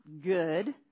good